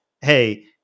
hey